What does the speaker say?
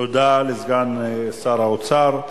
תודה לסגן שר האוצר.